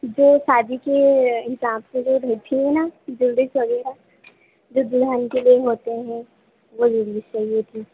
जो शादी के हिसाब से वो रेती है ना जूलरिस वगेरह जो दुल्हन के लिए होते हैं वो जूलरिस चाहिए थी